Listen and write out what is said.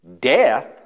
death